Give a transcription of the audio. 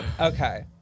Okay